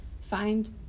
Find